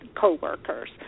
co-workers